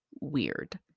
weird